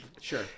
Sure